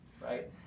right